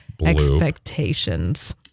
expectations